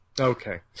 Okay